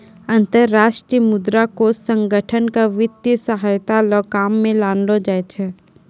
अन्तर्राष्ट्रीय मुद्रा कोष संगठन क वित्तीय सहायता ल काम म लानलो जाय छै